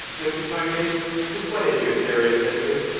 mr. toynbee, just what is your theory of history?